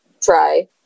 try